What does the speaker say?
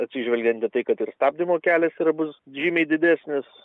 atsižvelgiant į tai kad ir stabdymo kelias yra bus žymiai didesnis